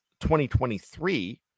2023